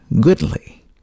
goodly